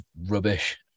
rubbish